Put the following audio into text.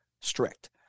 strict